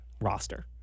roster